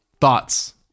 thoughts